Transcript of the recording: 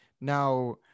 Now